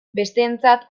besteentzat